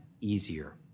easier